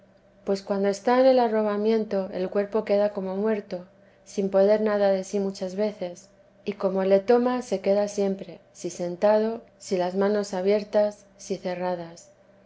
pues cuando está en el arrobamiento el cuerpo queda como muerto sin poder nada de sí muchas veces y como le toma se queda siempre si sentado si las manos abiertas si cerradas